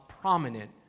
prominent